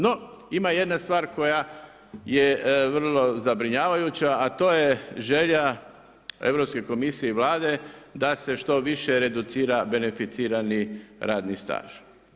No, ima jedna stvar koja je vrlo zabrinjavajuća, a to je želja Europske komisije i Vlade da se što više reducira beneficirani radni staž.